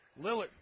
Lillard